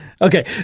Okay